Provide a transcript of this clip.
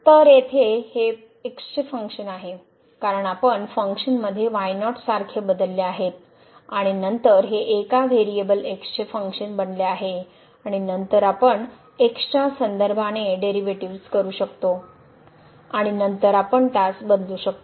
तर हे येथे चे फंक्शन आहे कारण आपण फंक्शनमध्ये y0 सारखे बदलले आहेत आणि नंतर हे एका व्हेरिएबल x चे फंक्शन बनले आहे आणि नंतर आपण x च्या संदर्भाने डेरिव्हेटिव्हज करू शकतो आणि नंतर आपण त्यास बदलू शकतो